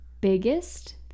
biggest